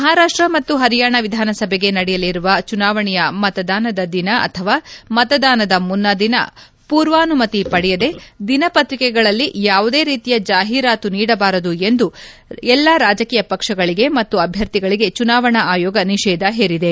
ಮಹಾರಾಪ್ಷ ಮತ್ತು ಹರಿಯಾಣ ವಿಧಾನಸಭೆಗೆ ನಡೆಯಲಿರುವ ಚುನಾವಣೆಯ ಮತಸಾನದ ದಿನ ಅಥವಾ ಮತದಾನದ ಮುನ್ನಾ ದಿನ ಪೂರ್ವಾನುಮತಿ ಪಡೆಯದೆ ದಿನಪತ್ರಿಕೆಗಳಲ್ಲಿ ಯಾವುದೇ ರೀತಿಯ ಜಾಹೀರಾತು ನೀಡಬಾರದು ಎಂದು ಎಲ್ಲಾ ರಾಜಕೀಯ ಪಕ್ಷಗಳಿಗೆ ಮತ್ತು ಅಭ್ಯರ್ಥಿಗಳಿಗೆ ಚುನಾವಣಾ ಆಯೋಗ ನಿಷೇಧ ಹೇರಿದೆ